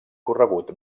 corregut